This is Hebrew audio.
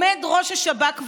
עומד ראש השב"כ ואומר: